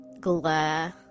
glare